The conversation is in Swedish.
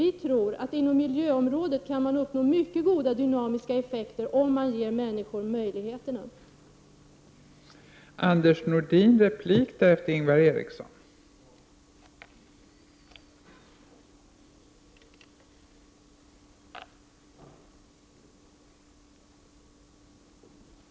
Vi tror att det inom miljöområdet går att uppnå mycket goda dynamiska effekter, om människor ges möjligheter att agera.